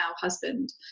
husband